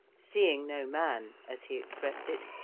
seeing no man, as he expressed it,